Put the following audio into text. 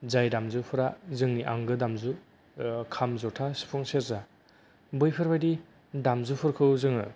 जाय दामजुफोरा जोंनि आंगो दामजु खाम जथा सिफुं सेरजा बैफोरबादि दामजुफोरखौ जोङो